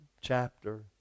chapter